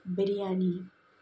biryani